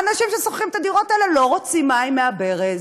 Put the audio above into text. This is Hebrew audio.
האנשים ששוכרים את הדירות האלה לא רוצים מים מהברז.